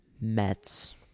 Mets